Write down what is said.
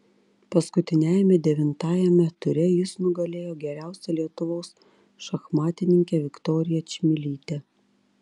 paskutiniajame devintajame ture jis nugalėjo geriausią lietuvos šachmatininkę viktoriją čmilytę